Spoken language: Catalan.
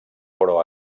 però